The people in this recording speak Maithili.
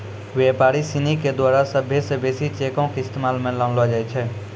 व्यापारी सिनी के द्वारा सभ्भे से बेसी चेको के इस्तेमाल मे लानलो जाय छै